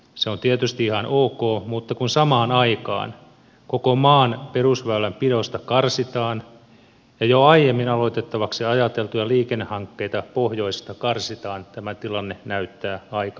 se on tietysti ihan ok mutta kun samaan aikaan koko maan perusväylänpidosta karsitaan ja jo aiemmin aloitettavaksi ajateltuja liikennehankkeita pohjoisesta karsitaan tämä tilanne näyttää aika rujolta